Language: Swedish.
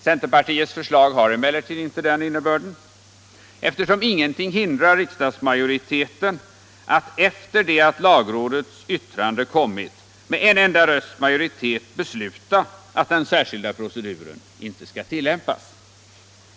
Centerpartiets förslag har emellertid inte den innebörden, eftersom ingenting hindrar riksdagsmajoriteten att, efter det att lagrådets yttrande kommit, med en enda rösts majoritet besluta att den särskilda proceduren inte skall tillämpas.